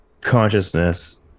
consciousness